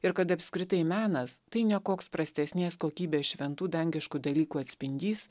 ir kad apskritai menas tai ne koks prastesnės kokybės šventų dangiškų dalykų atspindys